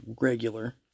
regular